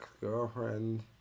girlfriend